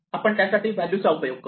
आपण त्यासाठी व्हॅल्यू चा उपयोग करू